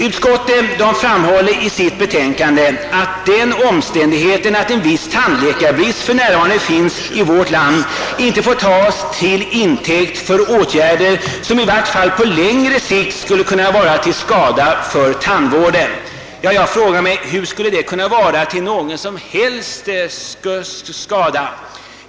Utskottet framhåller i sitt utlåtande att den omständigheten, att en viss tandläkarbrist för närvarande finns i vårt land, inte får tas till intäkt för åtgärder som i varje fall på längre sikt skulle vara till skada för tandvården. Jag frågar mig hur detta skulle kunna vara till någon som helst skada.